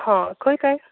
हय खंय काय